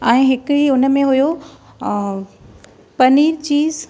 ऐं हिकिड़ी हुन में हुयो पनीर चीज़